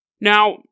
Now